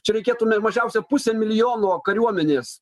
čia reikėtų mažiausia pusė milijono kariuomenės